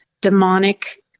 demonic